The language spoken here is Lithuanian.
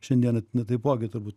šiandieną taipogi turbūt